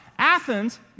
Athens